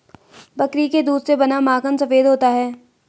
बकरी के दूध से बना माखन सफेद होता है